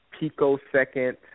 picosecond